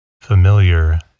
familiar